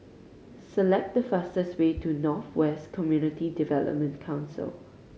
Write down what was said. select the fastest way to North West Community Development Council